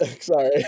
sorry